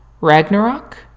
Ragnarok